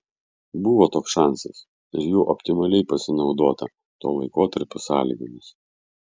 buvo toks šansas ir juo optimaliai pasinaudota to laikotarpio sąlygomis